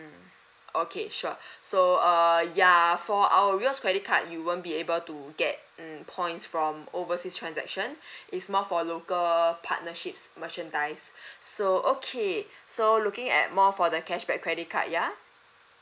mm okay sure so err ya for our rewards credit card you won't be able to get mm points from overseas transaction it's more for local partnerships merchandise so okay so looking at more for the cashback credit card ya